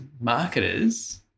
marketers